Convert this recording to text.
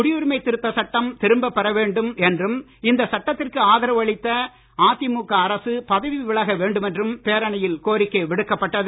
குடியுரிமை திருத்தச் சட்டம் திரும்பப் பெறப்பட வேண்டும் என்றும் இந்த சட்டத்திற்கு ஆதரவு அளித்த அதிமுக அரசு பதவி விலக வேண்டும் என்றும் பேரணியில் கோரிக்கை விடுக்கப்பட்டது